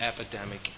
epidemic